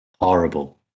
horrible